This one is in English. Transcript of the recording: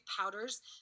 powders